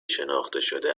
شناختهشده